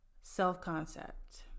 self-concept